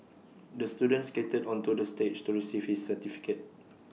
the student skated onto the stage to receive his certificate